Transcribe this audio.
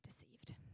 deceived